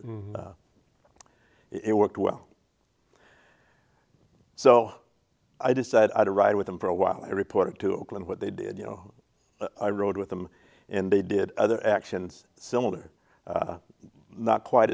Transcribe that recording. but it worked well so i decided i'd ride with them for a while i report to oakland what they did you know i rode with them and they did other actions similar not quite